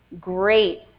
great